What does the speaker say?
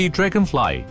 Dragonfly